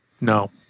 No